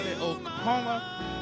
Oklahoma